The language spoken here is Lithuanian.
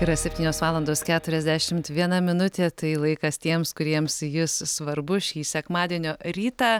yra septynios valandos keturiasdešimt viena minutė tai laikas tiems kuriems jis svarbus šį sekmadienio rytą